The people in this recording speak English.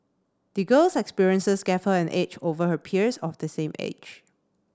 the girl's experiences gave her an edge over her peers of the same age